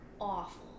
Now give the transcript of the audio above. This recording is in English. awful